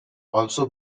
also